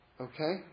Okay